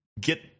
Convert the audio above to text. get